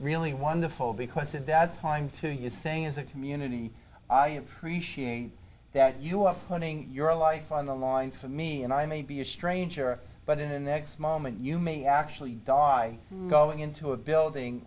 really wonderful because in that time to you saying as a community i appreciate that you are putting your life on the line for me and i may be a stranger but in the next moment you may actually die going into a building